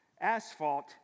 asphalt